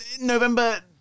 november